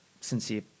sincere